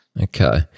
Okay